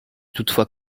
toutefois